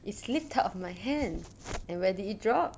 it slipped out of my hand and where did it drop